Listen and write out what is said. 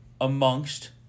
amongst